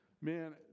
man